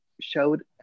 showed